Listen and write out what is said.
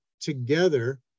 together